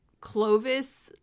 clovis